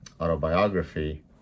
autobiography